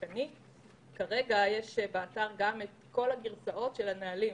כרגע יש באתר את כל הגרסאות של הנהלים.